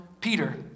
Peter